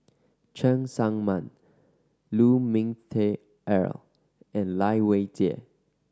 Cheng Tsang Man Lu Ming Teh Earl and Lai Weijie